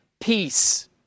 peace